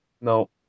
no